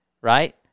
Right